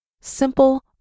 simple